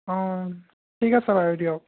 অঁ ঠিক আছে বাৰু দিয়ক